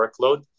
workload